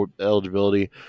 eligibility